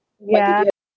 ya